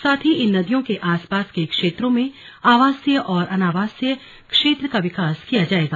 साथ ही इन नदियों के आसपास के क्षेत्रों में आवासीय और अनावासीय क्षेत्र का विकास किया जाएगा